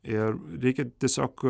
ir reikia tiesiog